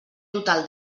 total